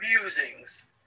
musings